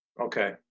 Okay